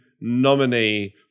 nominee